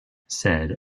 said